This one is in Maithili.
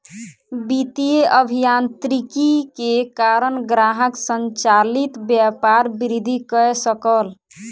वित्तीय अभियांत्रिकी के कारण ग्राहक संचालित व्यापार वृद्धि कय सकल